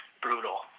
brutal